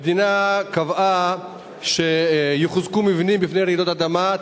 המדינה קבעה שיחוזקו מבנים מפני רעידות אדמה,